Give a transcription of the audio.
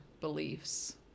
beliefs